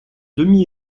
demi